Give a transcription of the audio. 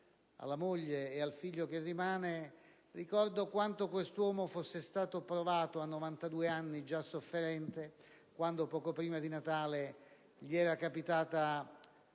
alla moglie e al figlio che rimane, ricordo quanto quest'uomo fosse stato provato, a 92 anni e già sofferente, quando, poco prima di Natale, gli era capitata